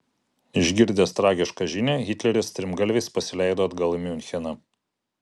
išgirdęs tragišką žinią hitleris strimgalviais pasileido atgal į miuncheną